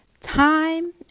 time